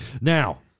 Now